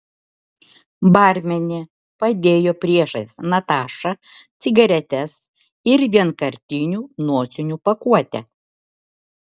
barmenė padėjo priešais natašą cigaretes ir vienkartinių nosinių pakuotę